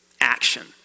action